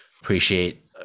appreciate